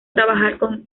trabajar